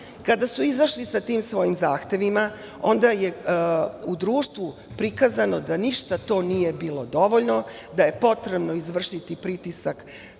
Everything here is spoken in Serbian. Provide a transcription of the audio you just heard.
Kada su izašli sa tim svojim zahtevima, onda je u društvu prikazano da ništa to nije bilo dovoljno, da je potrebno izvršiti pritisak,